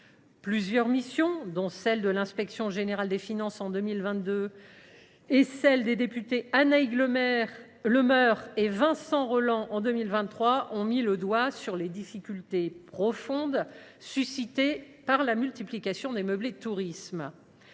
Plusieurs missions, dont celle de l’inspection générale des finances en 2022 et celle des députés Annaïg Le Meur et Vincent Rolland en 2023, ont mis le doigt sur les difficultés profondes que suscite la multiplication des meublés de tourisme.